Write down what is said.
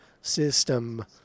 system